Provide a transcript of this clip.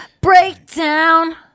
Breakdown